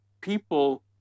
people